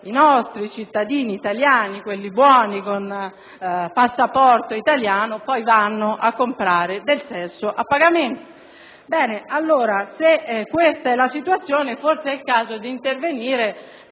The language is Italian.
i nostri cittadini italiani, quelli buoni e con passaporto italiano, vanno a comprare del sesso a pagamento. Se questa è la situazione, forse è il caso di intervenire